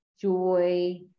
joy